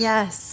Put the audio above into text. Yes